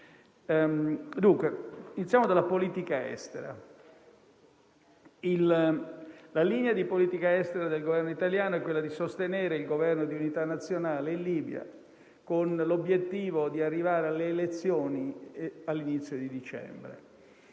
Inizierò dalla politica estera. La linea di politica estera del Governo italiano è quella di sostenere il Governo di unità nazionale in Libia, con l'obiettivo di arrivare alle elezioni all'inizio di dicembre.